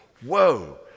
whoa